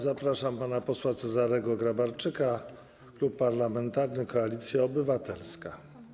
Zapraszam pana posła Cezarego Grabarczyka, Klub Parlamentarny Koalicja Obywatelska.